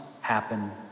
happen